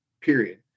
Period